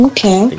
Okay